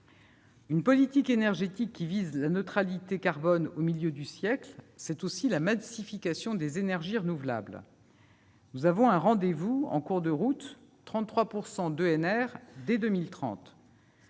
Une politique énergétique visant la neutralité carbone au milieu du siècle, c'est aussi la massification des énergies renouvelables. Nous avons un rendez-vous en cours de route : 33 % d'ENR dès 2030.